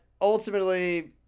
ultimately